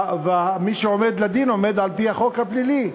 ומי שעומד לדין עומד על-פי החוק הפלילי.